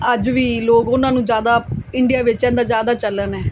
ਅੱਜ ਵੀ ਲੋਕ ਉਹਨਾਂ ਨੂੰ ਜ਼ਿਆਦਾ ਇੰਡੀਆ ਵਿੱਚ ਇਹਦਾ ਜ਼ਿਆਦਾ ਚਲਨ ਹੈ